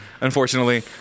unfortunately